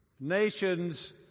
nations